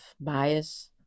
bias